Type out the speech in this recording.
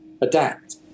adapt